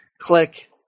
Click